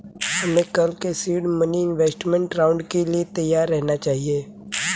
हमें कल के सीड मनी इन्वेस्टमेंट राउंड के लिए तैयार रहना चाहिए